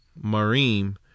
Marim